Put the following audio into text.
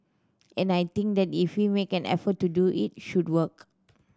and I think that if we make an effort to do it should work